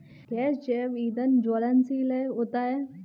गैसीय जैव ईंधन ज्वलनशील होता है